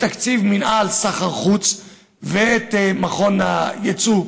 את תקציב מינהל סחר חוץ ואת מכון היצוא,